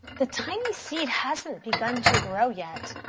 the tiny seed hasn't begun to grow yet.